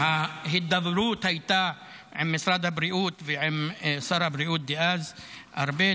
ההידברות הייתה עם משרד הבריאות ועם שר הבריאות דאז ארבל,